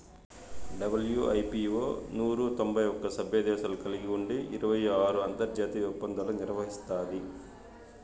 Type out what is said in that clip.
WIPO నూరు తొంభై ఒక్క సభ్యదేశాలు కలిగి ఉండి ఇరవై ఆరు అంతర్జాతీయ ఒప్పందాలు నిర్వహిస్తాది